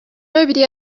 nobody